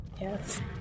Yes